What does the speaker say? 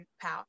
power